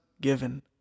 given